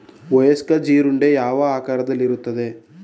ವಯಸ್ಕ ಜೀರುಂಡೆ ಯಾವ ಆಕಾರದಲ್ಲಿರುತ್ತದೆ?